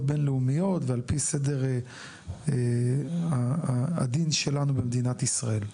בינלאומיות ועל פי סדר הדין שלנו במדינת ישראל.